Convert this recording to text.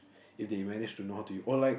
if they manage to know how to use or like